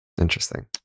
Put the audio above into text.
Interesting